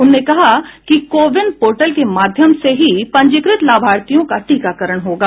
उन्होंने कहा कि को विन पोर्टल के माध्यम से ही पंजीकृत लाभार्थियों का टीकाकरण होगा